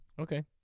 Okay